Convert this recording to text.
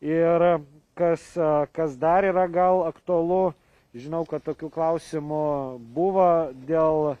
ir kas kas dar yra gal aktualu žinau kad tokių klausimų buvo dėl